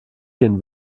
gehen